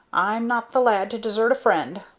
i'm not the lad to desert a friend.